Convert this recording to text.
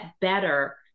better